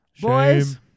boys